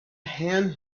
hand